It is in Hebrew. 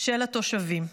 של התושבים.